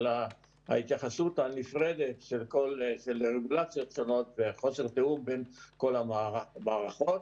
ההתייחסות הנפרדת של רגולציות שנות וחוסר התיאום בין כל המערכות.